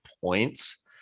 points